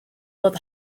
ddod